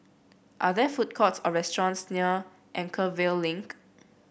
are there food courts or restaurants near Anchorvale Link